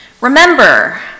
Remember